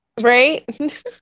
Right